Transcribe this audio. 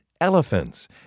elephants